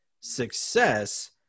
success